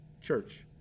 church